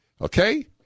Okay